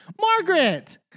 margaret